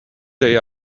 they